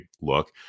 look